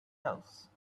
else